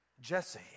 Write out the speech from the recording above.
Jesse